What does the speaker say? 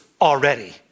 already